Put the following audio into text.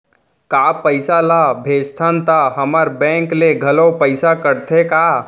का पइसा ला भेजथन त हमर बैंक ले घलो पइसा कटथे का?